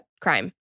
crime